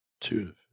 Two